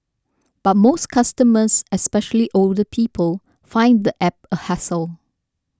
but most customers especially older people find the app a hassle